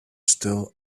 still